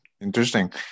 Interesting